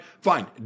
fine